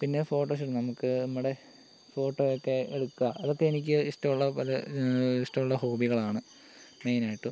പിന്നെ photo shoot നമുക്ക് നമ്മുടെ ഫോട്ടോ ഒക്കെ എടുക്കുക അതിപ്പോൾ എനിക്ക് ഇഷ്ടമുള്ള ഇഷ്ടമുള്ള ഹോബികളാണ് മെയിനായിട്ടും